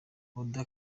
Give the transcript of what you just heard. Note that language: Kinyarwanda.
oda